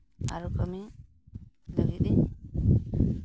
ᱟᱨᱚ ᱠᱟᱹᱢᱤ ᱞᱟᱹᱜᱤᱫ ᱤᱧ